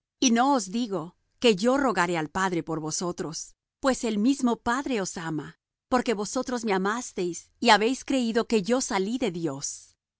y no os digo que yo rogaré al padre por vosotros pues el mismo padre os ama porque vosotros me amasteis y habéis creído que yo salí de dios